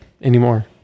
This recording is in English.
anymore